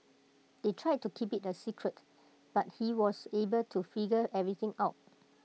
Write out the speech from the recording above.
they tried to keep IT A secret but he was able to figure everything out